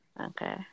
Okay